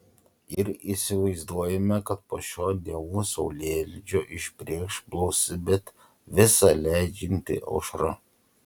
ir įsivaizduojame kad po šio dievų saulėlydžio išbrėkš blausi bet visa leidžianti aušra